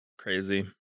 Crazy